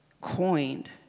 coined